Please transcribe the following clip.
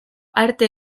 arte